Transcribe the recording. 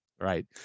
Right